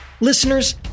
Listeners